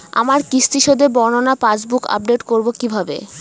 আমার কিস্তি শোধে বর্ণনা পাসবুক আপডেট করব কিভাবে?